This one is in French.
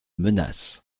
menace